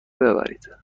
ببرید